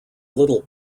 little